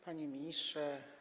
Panie Ministrze!